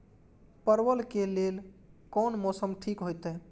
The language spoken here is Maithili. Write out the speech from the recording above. परवल के लेल कोन मौसम ठीक होते?